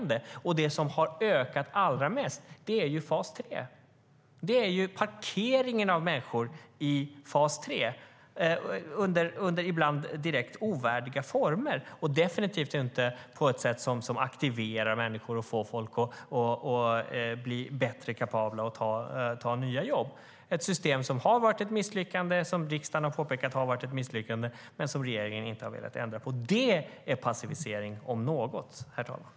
Det som har ökat allra mest är parkeringen av människor i fas 3, ibland under direkt ovärdiga former och definitivt inte på ett sätt som aktiverar människor och gör dem mer kapabla att ta nya jobb. Det är ett system som har varit ett misslyckande, vilket riksdagen har påpekat men som regeringen inte har velat ändra på. Det är passivisering om något, herr talman.